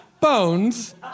bones